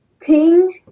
Ping